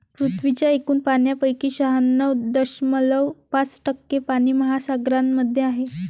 पृथ्वीच्या एकूण पाण्यापैकी शहाण्णव दशमलव पाच टक्के पाणी महासागरांमध्ये आहे